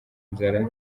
inzara